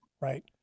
right